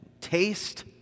Taste